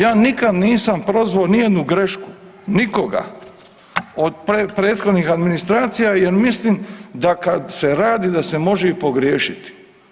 Ja nikad nisam prozvao ni jednu grašku nikoga od prethodnih administracija jer mislim da kad se radi da se može i pogriješiti.